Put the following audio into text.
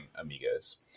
Amigos